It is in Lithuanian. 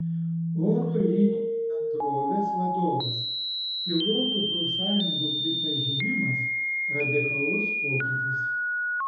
oro linijų bendrovės vadovas pilotų profsąjungų pripažinimas radikalus pokytis